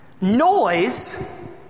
Noise